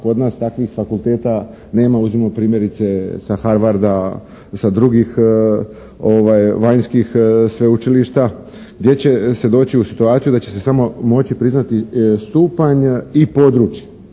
kod nas takvih fakulteta nema. Uzmimo primjerice sa Harvarda, sa drugih vanjskih sveučilišta gdje će se doći u situaciju da će se samo moći priznati stupanj i područje.